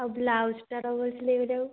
ଆଉ ବ୍ଲାଉଜଟା ଦେବୁ ସିଲେଇ କରିବାକୁ